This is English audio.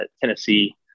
Tennessee